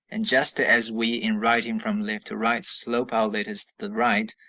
and just as we in writing from left to right slope our letters to the right,